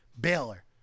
Baylor